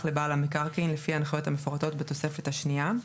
לבעל המקרקעין לפי הנחיות המפורטות בתוספת השנייה.